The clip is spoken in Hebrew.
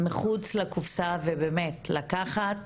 מחוץ לקופסא ובאמת לקחת